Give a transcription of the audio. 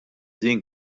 din